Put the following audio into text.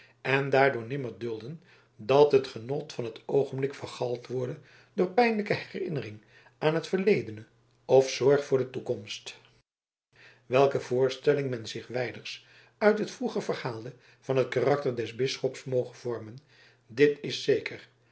en daardoor nimmer dulden dat het genot van het oogenblik vergald worde door pijnlijke herinnering aan het verledene of zorg voor de toekomst welke voorstelling men zich wijders uit het vroeger verhaalde van het karakter des bisschops moge vormen dit is zeker